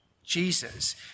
Jesus